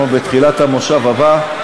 אנחנו בתחילת המושב הבא,